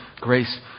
grace